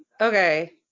Okay